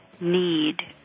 need